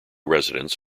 residents